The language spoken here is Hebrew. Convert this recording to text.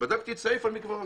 בדקתי את סעיף המקוואות.